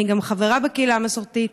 אני גם חברה בקהילה המסורתית.